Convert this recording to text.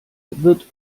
wird